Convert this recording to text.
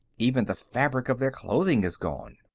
even the fabric of their clothing is gone.